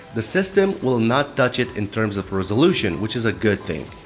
the system will not touch it in terms of resolution, which is a good thing.